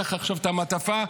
קח עכשיו את המעטפה,